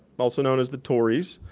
also known as the tories,